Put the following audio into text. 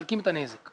מחלקים את הנזק.